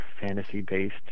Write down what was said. fantasy-based